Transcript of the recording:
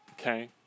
Okay